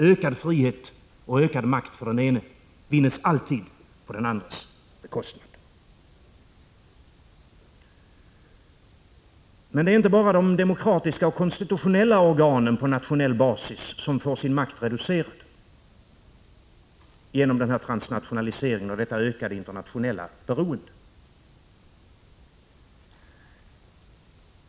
Ökad frihet och makt för den ene vinns alltid på den andres bekostnad. Det är emellertid inte bara de demokratiska och konstitutionella organen på nationell basis som får sin makt reducerad genom denna transnationalisering och detta ökade internationella beroende.